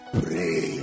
pray